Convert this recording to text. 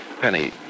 Penny